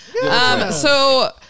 So-